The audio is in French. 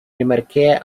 remarque